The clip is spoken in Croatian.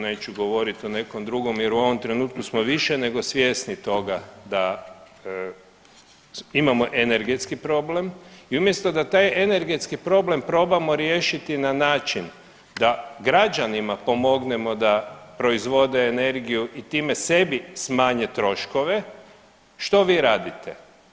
Neću govoriti u nekom drugom jer u ovom trenutku smo više nego svjesni toga da imamo energetski problem i umjesto da taj energetski problem probamo riješiti na način da građanima pomognemo da proizvode energiju i time sebi smanje troškove, što vi radite?